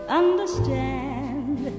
understand